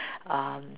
um